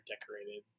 decorated